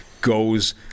goes